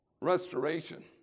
restoration